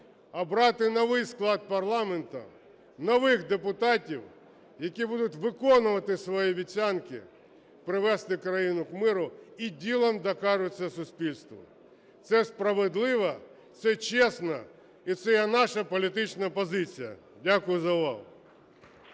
обрати новий склад парламенту, нових депутатів, які будуть виконувати свої обіцянки привести країну до миру і ділом докажуть це суспільству. Це справедливо, це чесно і це є наша політична позиція. Дякую за увагу.